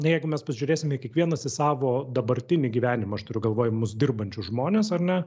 jeigu mes pažiūrėsime kiekvienas į savo dabartinį gyvenimą aš turiu galvoj mus dirbančius žmones ar ne